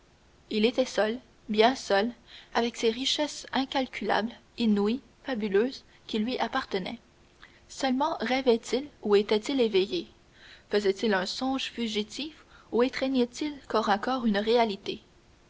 il était seul bien seul avec ces richesses incalculables inouïes fabuleuses qui lui appartenaient seulement rêvait-il ou était-il éveillé faisait-il un songe fugitif ou étreignait il corps à corps une réalité